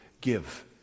give